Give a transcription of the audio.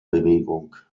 bewegung